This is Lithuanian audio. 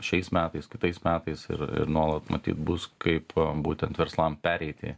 šiais metais kitais metais ir ir nuolat matyt bus kaip būtent verslam pereiti